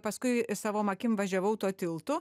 paskui savom akim važiavau tuo tiltu